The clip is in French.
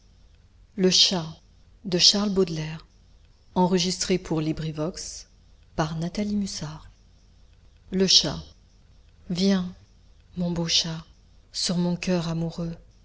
remords le chat viens mon beau chat sur mon coeur amoureux